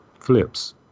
flips